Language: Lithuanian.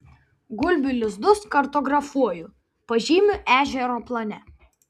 gulbių lizdus kartografuoju pažymiu ežero plane